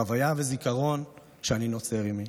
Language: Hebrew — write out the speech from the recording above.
חוויה וזיכרון שאני נוצר עימי.